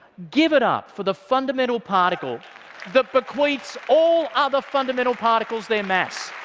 give it up for the fundamental particle that bequeaths all other fundamental particles their mass.